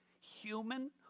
human